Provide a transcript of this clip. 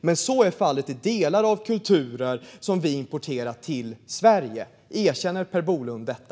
Men så är fallet i delar av kulturer som vi importerar till Sverige. Erkänner Per Bolund detta?